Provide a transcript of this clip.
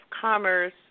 Commerce